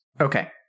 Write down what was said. Okay